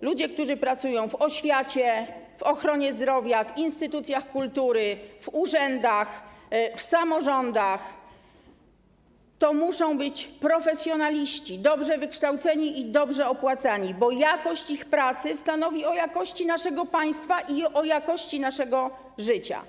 ludzie, którzy pracują w oświacie, w ochronie zdrowia, w instytucjach kultury, w urzędach, w samorządach, to muszą być profesjonaliści, muszą być dobrze wykształceni i dobrze opłacani, bo jakość ich pracy stanowi o jakości naszego państwa i o jakości naszego życia.